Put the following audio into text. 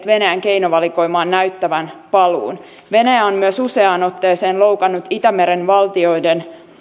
venäjän keinovalikoimaan näyttävän paluun venäjä on myös useaan otteeseen loukannut itämeren valtioiden